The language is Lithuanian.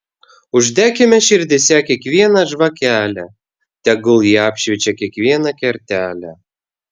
uždekime širdyse kiekvieną žvakelę tegul ji apšviečia kiekvieną kertelę